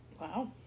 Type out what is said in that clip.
Wow